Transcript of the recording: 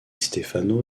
stefano